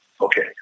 okay